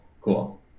cool